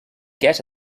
get